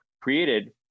created